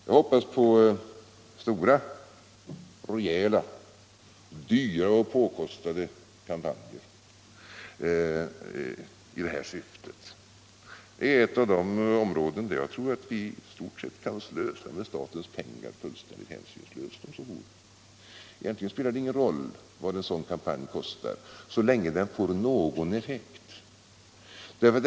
Jag hoppas på stora, rejäla och påkostade kampanjer. Det är ett av de områden där jag tror att vi i stort sett kan slösa fullständigt hänsynslöst med statens pengar. Egentligen spelar det ingen roll vad en sådan kampanj kostar så länge den får någon effekt.